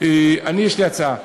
יש לי הצעה,